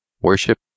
worship